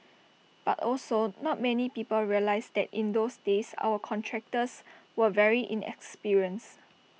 but also not many people realise that in those days our contractors were very inexperienced